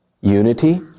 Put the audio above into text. Unity